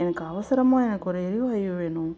எனக்கு அவசரமாக எனக்கு ஒரு எரிவாயு வேணும்